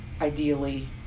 ideally